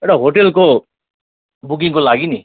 एउटा होटेलको बुकिङको लागि नि